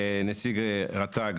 נציג רט"ג,